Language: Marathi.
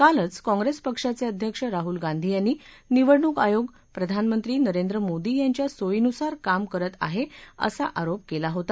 कालच काँग्रेस पक्षाचे अध्यक्ष राहुल गांधी यांनी निवडणूक आयोग प्रधानमंत्री नरेंद्र मोदी यांच्या सोयीनुसार काम करत आलं असा आरोप केला होता